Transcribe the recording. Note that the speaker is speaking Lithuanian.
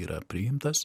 yra priimtas